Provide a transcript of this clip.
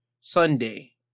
sunday